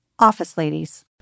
OfficeLadies